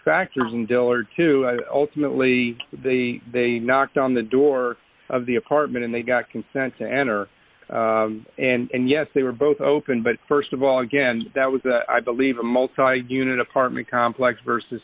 factors and dillard to ultimately the they knocked on the door of the apartment and they got consent to enter and yes they were both open but st of all again that was i believe a multi unit apartment complex versus